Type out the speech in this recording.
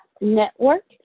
Network